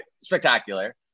spectacular